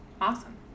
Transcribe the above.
awesome